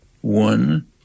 One